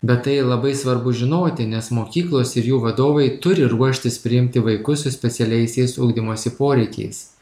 bet tai labai svarbu žinoti nes mokyklos ir jų vadovai turi ruoštis priimti vaikus su specialiaisiais ugdymosi poreikiais